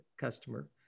customer